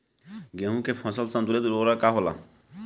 गेहूं के फसल संतुलित उर्वरक का होला?